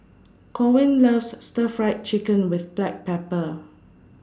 Corwin loves Stir Fried Chicken with Black Pepper